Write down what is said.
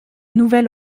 nouvelle